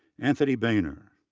anthony boener,